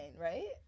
right